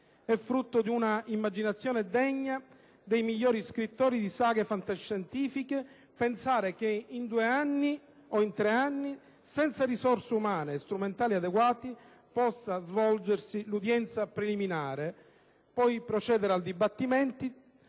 È frutto di un'immaginazione degna dei migliori scrittori di saghe fantascientifiche pensare che in due o tre anni, senza risorse umane e strumentali adeguate, possa svolgersi l'udienza preliminare per poi procedere al dibattimento,